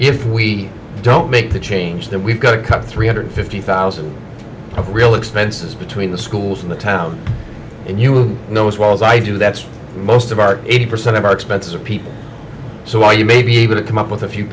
if we don't make the change then we've got to cut three hundred fifty thousand of real expenses between the schools in the town and you know as well as i do that's most of our eighty percent of our expenses are people so while you may be able to come up with a few